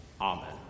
Amen